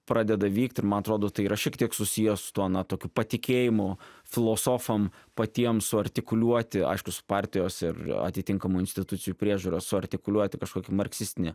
pradeda vykt ir man atrodo tai yra šiek tiek susiję su tuo na tokiu patikėjimu filosofam patiem suartikuliuoti aišku su partijos ir atitinkamų institucijų priežiūra suartikuliuoti kažkokį marksistinį